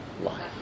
life